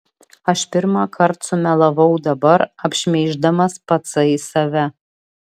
aš pirmąkart sumelavau dabar apšmeiždamas patsai save